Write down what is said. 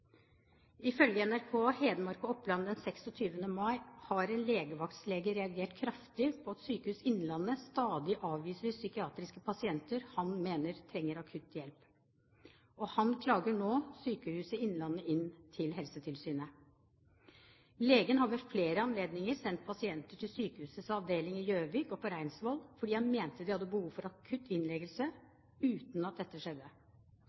Ifølge NRK Hedmark og Oppland den 26. mai har en legevaktslege reagert kraftig på at Sykehuset Innlandet stadig avviser psykiatriske pasienter han mener trenger akutt hjelp. Han klager nå Sykehuset Innlandet inn til Helsetilsynet. Legen har ved flere anledninger sendt pasienter til sykehusets avdelinger i Gjøvik og på Reinsvoll fordi han mente de hadde behov for akutt innleggelse, uten at dette skjedde.